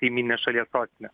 kaimynės šalies sostinę